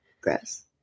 Gross